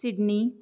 Sydney